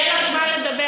יהיה לך זמן לדבר,